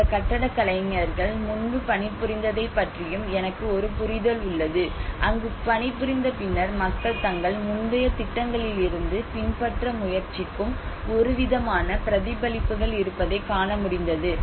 அந்தக் கட்டடக் கலைஞர்கள் முன்பு பணிபுரிந்ததைப் பற்றியும் எனக்கு ஒரு புரிதல் உள்ளது அங்கு பணிபுரிந்த பின்னர் மக்கள் தங்கள் முந்தைய திட்டங்களிலிருந்து பின்பற்ற முயற்சிக்கும் ஒருவிதமான பிரதிபலிப்புகள் இருப்பதைக் காணமுடிந்தது